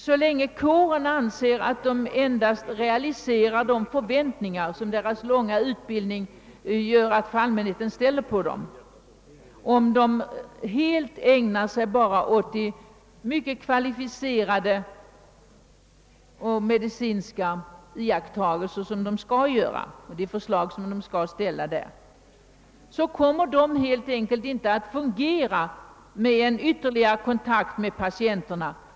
Så länge kårens medlemmar anser att de endast skall realisera de förväntningar som deras långa utbildning ger allmänheten rätt att ställa på dem, så länge de helt ägnar sig åt de mycket kvalificerade medicinska iakttagelser, som de har till uppgift att göra, kommer läkaren helt enkelt inte att fungera med någon ytterligare kontakt med patienten.